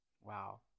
wow